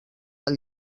del